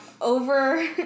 over